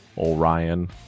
Orion